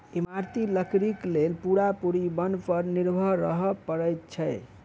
इमारती लकड़ीक लेल पूरा पूरी बन पर निर्भर रहय पड़ैत छै